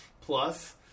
plus